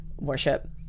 worship